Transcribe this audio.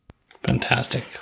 Fantastic